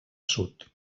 sud